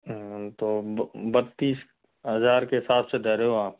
हाँ तो बत्तीस हजार के साथ से दे रहे हो आप